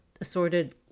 assorted